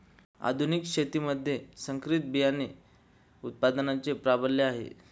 आधुनिक शेतीमध्ये संकरित बियाणे उत्पादनाचे प्राबल्य आहे